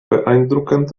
beeindruckend